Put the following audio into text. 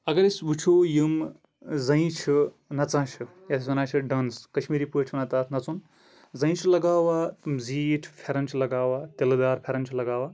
اَگر أسۍ وٕچھو یِم زَنہِ چھِ نَژان چھِ یَتھ زَن آسہِ ڈانٕس کَشمیٖری پٲٹھۍ چھِ وَنان تَتھ نَژُن زَنہِ چھِ لگاوان تِم زیٖٹھ پھیرن چھِ لگاوان تَلہٕ دار پھیرن چھِ لگاوان